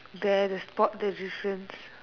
there the spot the difference